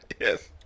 Yes